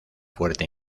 fuerte